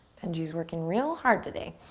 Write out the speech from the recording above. benji's working real hard today.